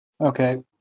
Okay